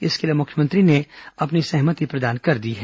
इसके लिए मुख्यमंत्री ने अपनी सहमति प्रदान कर दी है